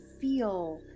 feel